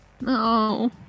No